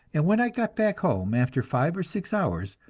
and when i got back home, after five or six hours,